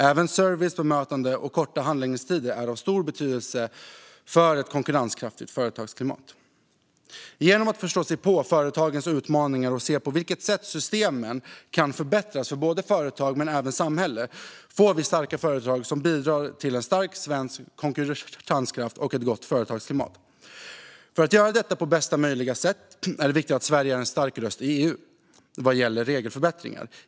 Även service, bemötande och korta handläggningstider är av stor betydelse för ett konkurrenskraftigt företagsklimat. Genom att förstå sig på företagens utmaningar och se på vilket sätt systemen kan förbättras för både företag och samhälle får vi starka företag som bidrar till en stark svensk konkurrenskraft och ett gott företagsklimat. För att göra detta på bästa möjliga sätt är det viktigt att Sverige är en stark röst i EU vad gäller regelförbättringar.